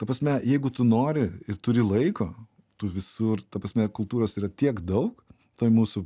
ta prasme jeigu tu nori ir turi laiko tu visur ta prasme kultūros yra tiek daug toj mūsų